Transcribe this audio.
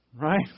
right